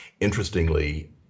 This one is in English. Interestingly